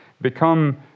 become